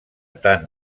tant